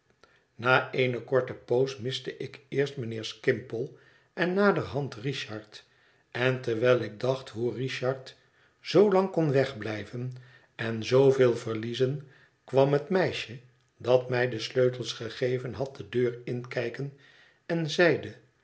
na eene korte poos miste ik eerst mijnheer skimpole en naderhand richard en terwijl ik dacht hoe richard zoolang kon wegblijven en zooveel verliezen kwam het meisje dat mij de sleutels gegeven had de deur inkijken en zeide